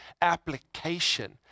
application